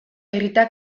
grita